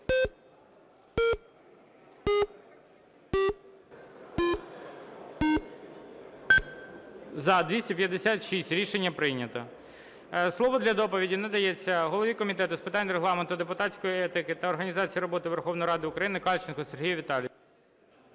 За-256 Рішення прийнято. Слово для доповіді надається голові Комітету з питань Регламенту, депутатської етики та організації роботи Верховної Ради України Кальченку Сергію Віталійовичу.